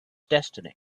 destiny